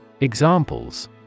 Examples